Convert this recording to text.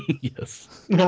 yes